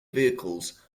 vehicles